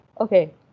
okay